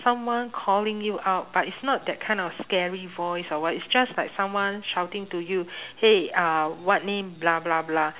someone calling you out but it's not that kind of scary voice or what is just like someone shouting to you hey uh what name